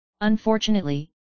Unfortunately